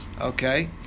okay